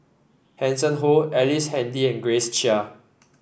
Hanson Ho Ellice Handy and Grace Chia